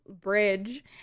bridge